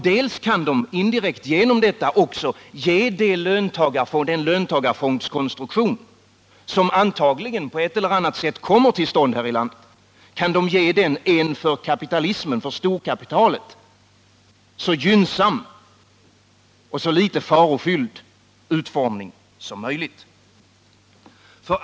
De kan också därigenom indirekt ge den löntagarfondskonstruktion, som antagligen på ett eller annat sätt kommer till stånd här i landet, en för storkapitalet så gynnsam och så litet farofylld utformning som möjligt.